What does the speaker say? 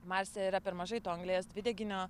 marse yra per mažai to anglies dvideginio